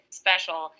special